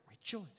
rejoice